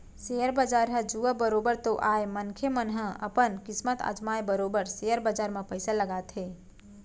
share बजार ह जुआ बरोबर तो आय मनखे मन ह अपन किस्मत अजमाय बरोबर सेयर बजार म पइसा लगाथे